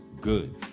good